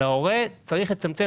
צריך לצמצם,